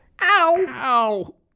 Ow